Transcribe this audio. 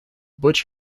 butch